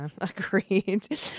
Agreed